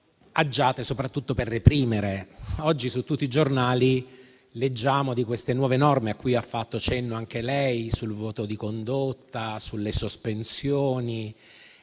agiate soprattutto per reprimere. Oggi leggiamo su tutti i giornali di queste nuove norme, a cui ha fatto cenno anche lei, sul voto di condotta e sulle sospensioni.